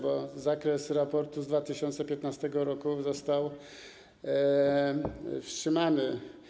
Bo zakres raportu z 2015 r. został wstrzymany.